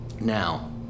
Now